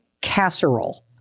casserole